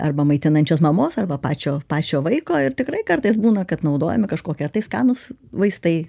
arba maitinančios mamos arba pačio pačio vaiko ir tikrai kartais būna kad naudojame kažkokį ar tai skanūs vaistai